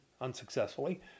unsuccessfully